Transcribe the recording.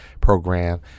Program